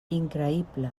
increïble